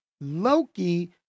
Loki